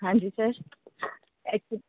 हां जी सर